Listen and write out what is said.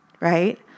right